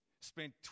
spent